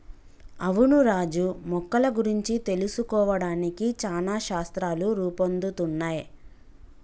అవును రాజు మొక్కల గురించి తెలుసుకోవడానికి చానా శాస్త్రాలు రూపొందుతున్నయ్